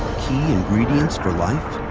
key ingredients for life.